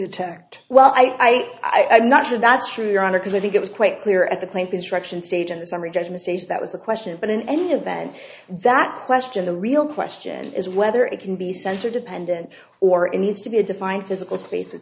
attacked well i i'm not sure that's true your honor because i think it was quite clear at the claim construction stage in the summary judgment stage that was the question but in any event that question the real question is whether it can be censure dependent or and used to be defined physical space i